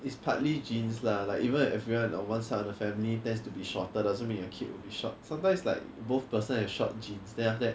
is partly genes lah like even if you are on the one side of the family tends to be shorter doesn't mean you'll be short sometimes like both person have short genes then after that